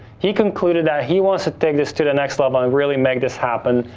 he concluded that he wants to take this to the next level and really make this happen.